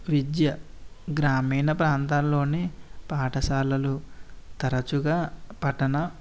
విద్య గ్రామీణ ప్రాంతాలలో పాఠశాలలు తరచుగా పట్టణ